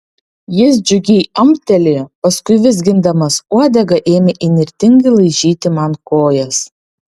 jis džiugiai amtelėjo paskui vizgindamas uodegą ėmė įnirtingai laižyti man kojas